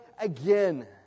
again